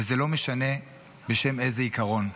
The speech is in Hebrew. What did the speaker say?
וזה לא משנה בשם איזה עיקרון.